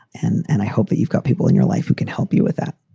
and and i hope that you've got people in your life who can help you with that.